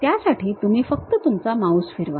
त्यासाठी तुम्ही फक्त तुमचा माऊस फिरवा